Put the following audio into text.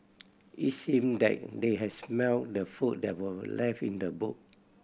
it seemed that they had smelt the food that were left in the boot